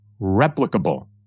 replicable